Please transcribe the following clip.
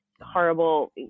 horrible